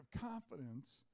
confidence